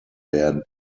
werden